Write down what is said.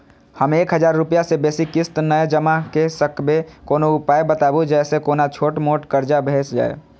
हम एक हजार रूपया से बेसी किस्त नय जमा के सकबे कोनो उपाय बताबु जै से कोनो छोट मोट कर्जा भे जै?